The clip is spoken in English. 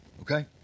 okay